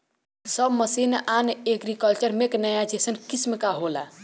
सब mission on agriculture mechanisation scheme का होला?